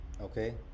Okay